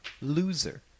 Loser